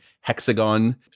hexagon